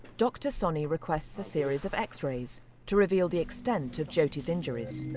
dr soni requests a series of x-rays to reveal the extent of jyoti's injuries.